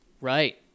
Right